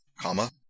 comma